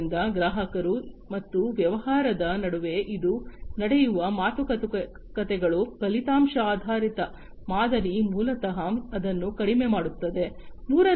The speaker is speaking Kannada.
ಆದ್ದರಿಂದ ಗ್ರಾಹಕರು ಮತ್ತು ವ್ಯವಹಾರದ ನಡುವೆ ಇದು ನಡೆಯುವ ಮಾತುಕತೆಗಳು ಫಲಿತಾಂಶ ಆಧಾರಿತ ಮಾದರಿ ಮೂಲತಃ ಅದನ್ನು ಕಡಿಮೆ ಮಾಡುತ್ತದೆ